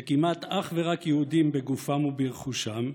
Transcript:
וכמעט אך ורק יהודים בגופם וברכושם,